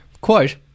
quote